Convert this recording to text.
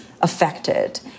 affected